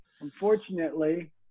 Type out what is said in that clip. Unfortunately